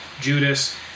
Judas